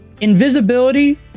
invisibility